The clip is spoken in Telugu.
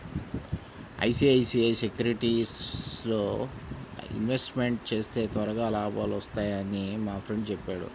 ఐసీఐసీఐ సెక్యూరిటీస్లో ఇన్వెస్ట్మెంట్ చేస్తే త్వరగా లాభాలొత్తన్నయ్యని మా ఫ్రెండు చెప్పాడు